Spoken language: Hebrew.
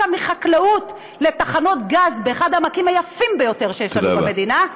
מחקלאות לתחנות גז באחד העמקים היפים ביותר שיש לנו במדינה.